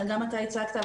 גם אתה הצגת,